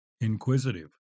Inquisitive